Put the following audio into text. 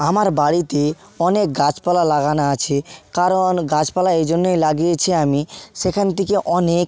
আমার বাড়িতে অনেক গাছপালা লাগানো আছে কারণ গাছপালা এই জন্যই লাগিয়েছি আমি সেখান থেকে অনেক